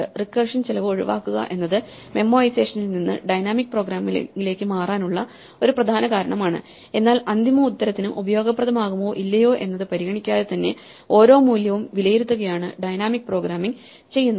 recursion ചിലവ് ഒഴിവാക്കുക എന്നത് മെമ്മോഐസേഷനിൽ നിന്ന് ഡൈനാമിക് പ്രോഗ്രാമിംഗിലേക്ക് മാറാനുള്ള ഒരു പ്രധാന കാരണമാണ് എന്നാൽ അന്തിമ ഉത്തരത്തിന് ഉപയോഗപ്രദമാകുമോ ഇല്ലയോ എന്നത് പരിഗണിക്കാതെ തന്നെ ഓരോ മൂല്യവും വിലയിരുത്തുകയാണ് ഡൈനാമിക് പ്രോഗ്രാമിംഗ് ചെയ്യുന്നത്